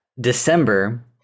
December